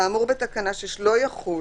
האמור בתקנה 6 לא יחול